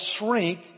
shrink